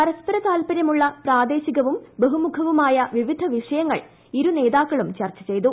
പരസ്പര താൽപ്പര്യമുള്ള പ്രാദേശികവും ബഹുമുഖവുമായ വിവിധ വിഷയങ്ങൾ ഇരുനേതാക്ക ളും ചർച്ച ചെയ്തു